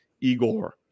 Igor